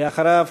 ואחריו,